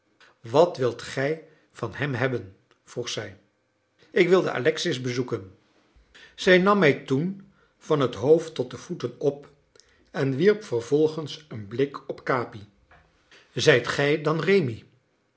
wat wilt gij van hem hebben vroeg zij ik wilde alexis bezoeken zij nam mij toen van het hoofd tot de voeten op en wierp vervolgens een blik op capi zijt gij dan rémi